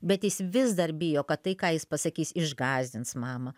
bet jis vis dar bijo kad tai ką jis pasakys išgąsdins mamą